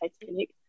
Titanic